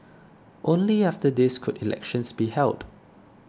only after this could elections be held